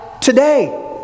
today